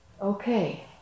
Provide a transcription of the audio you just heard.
okay